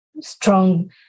strong